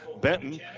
Benton